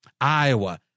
Iowa